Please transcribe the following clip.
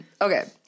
Okay